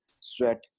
sweat